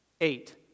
Eight